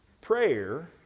Prayer